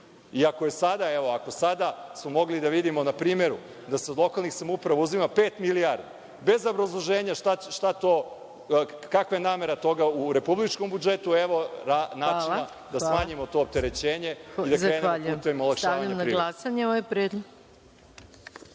nije desilo. Ako sada smo mogli da vidimo na primeru da se od lokalnih samouprava uzima pet milijardi bez obrazloženja kakva je namera toga u republičkom budžetu, a evo načina da smanjimo to opterećenje i da krenemo putem olakšavanja privrede.